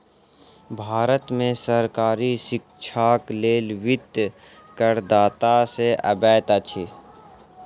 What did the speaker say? भारत में सरकारी शिक्षाक लेल वित्त करदाता से अबैत अछि